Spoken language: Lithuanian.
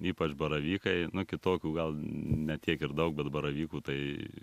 ypač baravykai nu kitokių gal ne tiek ir daug bet baravykų tai